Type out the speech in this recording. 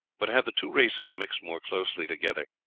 but had the two races mixed more closely together,